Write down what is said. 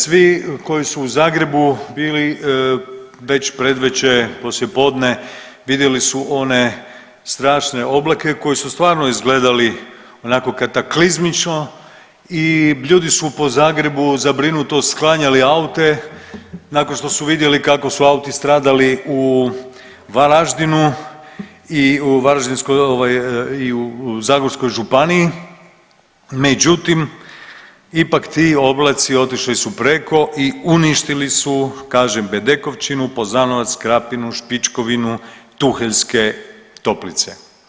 Svi koji su u Zagrebu bili već predvečer, poslijepodne vidjeli su one strašne oblake koji su stvarno izgledali onako kataklizmično i ljudi su po Zagrebu zabrinuto sklanjali aute nakon što su vidjeli kako su auti stradali u Varaždinu i u varaždinskoj ovaj i u Zagorskoj županiji, međutim ipak ti oblaci otišli su preko i uništili su kažem Bedekovčinu, Poznanovec, Krapinu, Špičkovinu, Tuheljske toplice.